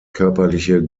körperliche